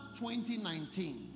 2019